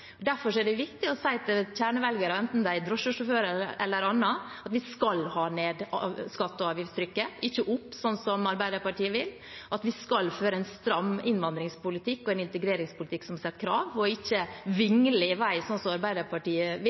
Derfor er det viktig å si til kjernevelgerne, enten de er drosjesjåfører eller noe annet, at vi skal ha ned skatte- og avgiftstrykket, ikke opp, slik som Arbeiderpartiet vil, at vi skal føre en stram innvandringspolitikk og en integreringspolitikk som stiller krav, og ikke vingle i vei, slik som Arbeiderpartiet vil,